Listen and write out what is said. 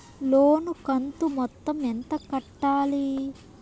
లోను కంతు మొత్తం ఎంత కట్టాలి?